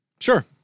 Sure